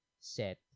set